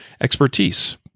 expertise